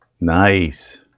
Nice